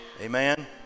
amen